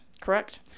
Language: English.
Correct